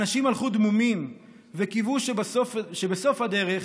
אנשים הלכו דמומים וקיוו שבסוף הדרך